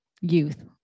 youth